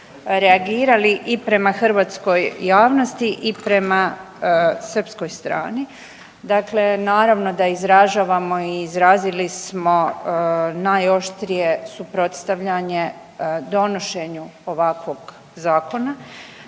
reagirali i prema hrvatskoj javnosti i prema srpskoj strani. Dakle, naravno da izražavamo i izrazili smo najoštrije suprotstavljanje donošenje ovakvog zakona,